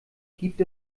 gibt